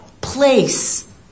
place